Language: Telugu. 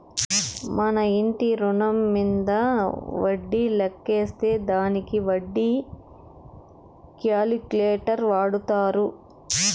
మన ఇంటి రుణం మీంద వడ్డీ లెక్కేసే దానికి వడ్డీ క్యాలిక్యులేటర్ వాడతారు